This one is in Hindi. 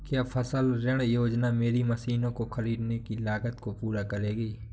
क्या फसल ऋण योजना मेरी मशीनों को ख़रीदने की लागत को पूरा करेगी?